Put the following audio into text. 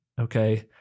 Okay